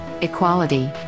equality